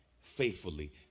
faithfully